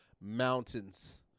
mountains